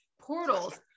portals